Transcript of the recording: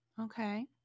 Okay